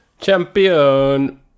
champion